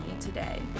today